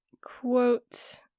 quote